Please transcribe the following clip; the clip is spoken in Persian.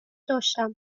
داشتم